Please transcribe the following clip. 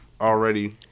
already